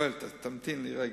רגע, תמתין רגע.